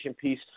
piece